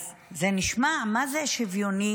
אז זה נשמע מה זה שוויוני,